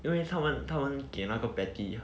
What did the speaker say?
因为他们他们给那个 patty